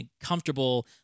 comfortable